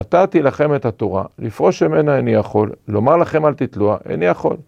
נתתי לכם את התורה, לפרוש ממנה איני יכול, לומר לכם אל תיטלוה, איני יכול.